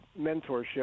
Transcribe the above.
mentorship